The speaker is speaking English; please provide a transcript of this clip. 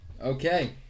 Okay